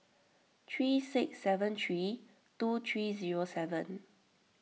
three six seven three two three zero seven